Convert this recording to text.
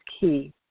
key